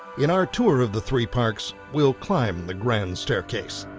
in our tour of the three parks we'll climb the grand staircase.